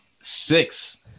six